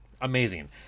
amazing